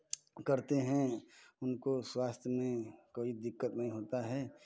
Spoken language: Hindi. करते हैं उनको स्वास्थ्य में कोई दिक्कत नहीं होता है